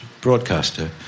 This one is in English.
broadcaster